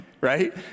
Right